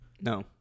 no